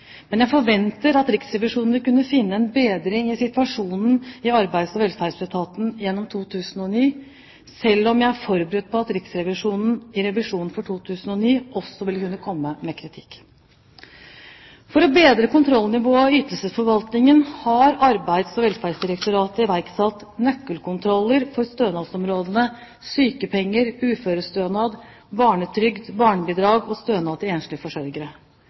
Men jeg forventer at Riksrevisjonen vil kunne finne en bedring i situasjonen i Arbeids- og velferdsetaten gjennom 2009, selv om jeg er forberedt på at Riksrevisjonen i revisjonen for 2009 også vil kunne komme med kritikk. For å bedre kontrollnivået i ytelsesforvaltningen har Arbeids- og velferdsdirektoratet iverksatt nøkkelkontroller for stønadsområdene sykepenger, uførestønad, barnetrygd, barnebidrag og stønad til enslige forsørgere.